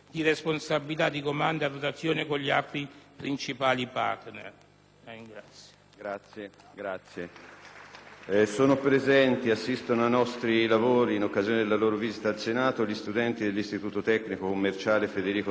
sono presenti ed assistono ai nostri lavori, in occasione della loro visita al Senato, gli studenti dell'istituto tecnico commerciale "Federico II" di Capua. A loro e ai loro insegnanti rivolgiamo il nostro saluto e gli auguri per la loro attività scolastica.